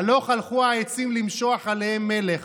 הלוך הלכו העצים למשוך עליהם מלך.